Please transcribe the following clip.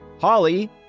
Holly